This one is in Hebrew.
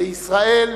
לישראל,